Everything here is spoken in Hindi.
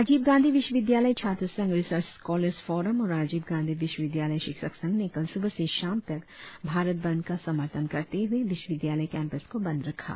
राजीव गांधी विश्वविद्यालय छात्र संघ रिसर्ज स्कॉलर्स फोरम और राजीव गांधी विश्वविद्यालय शिक्षक संघ ने कल सुबह से शाम तक भारत बंद का समर्थन करते हुए विश्वविद्यालय कैंपस को बंद रखा